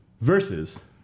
Versus